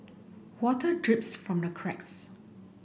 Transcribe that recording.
water drips from the cracks